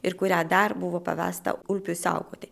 ir kurią dar buvo pavesta ulpiui saugoti